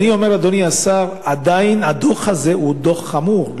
אדוני השר, עדיין הדוח הזה הוא דוח חמור.